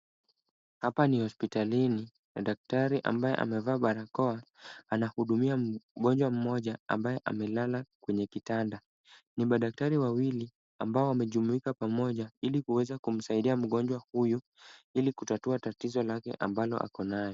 Hapa ni hospitalini na daktari ambaye amevaa barakoa anahudumia mgonjwa mmoja ambaye amelala kwenye kitanda. Ni madaktari wawili ambao wamejumuika pamoja ili kuweza kumsaidia mgonjwa huyu ili kutatua tatizo lake ambalo ako nayo.